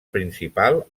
principal